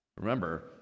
Remember